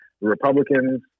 Republicans